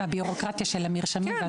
מדובר בבירוקרטיה של המרשמים והתרופות.